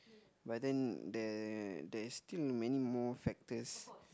but then there there is still many more factors